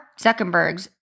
Zuckerberg's